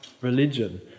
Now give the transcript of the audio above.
religion